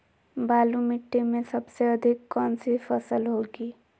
बालू मिट्टी में सबसे अधिक कौन सी फसल होगी?